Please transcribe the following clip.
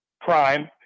prime